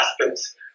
aspects